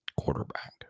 quarterback